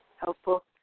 helpful